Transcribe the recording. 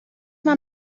mal